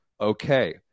okay